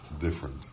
different